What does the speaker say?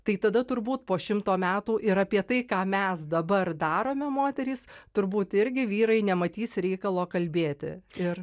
tai tada turbūt po šimto metų ir apie tai ką mes dabar darome moterys turbūt irgi vyrai nematys reikalo kalbėti ir